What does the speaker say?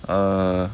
err